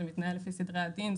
זה מתנהל לפי סדרי הדין,